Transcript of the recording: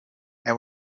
and